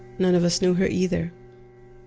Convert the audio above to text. none of us knew her either.